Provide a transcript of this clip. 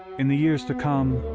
in the years to come,